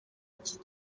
icyo